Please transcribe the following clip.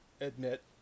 admit